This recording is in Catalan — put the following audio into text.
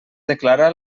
declarar